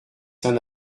saint